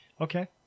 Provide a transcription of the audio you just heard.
Okay